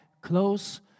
close